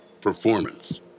Performance